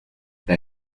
they